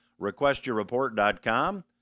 requestyourreport.com